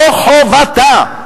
זו חובתה.